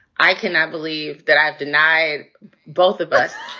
i cannot believe that i have denied both of us